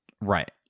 Right